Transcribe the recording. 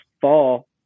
fall